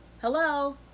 Hello